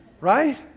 right